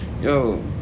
Yo